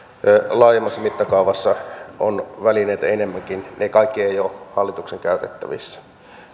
laajemmassa mittakaavassa on välineitä enemmänkin ne kaikki eivät ole hallituksen käytettävissä